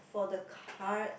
for the card